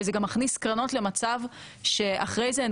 וזה גם מכניס קרנות למצב שאחרי זה הן